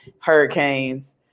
hurricanes